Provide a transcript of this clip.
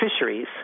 fisheries